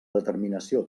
determinació